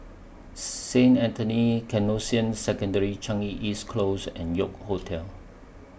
Saint Anthony's Canossian Secondary Changi East Close and York Hotel